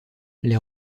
les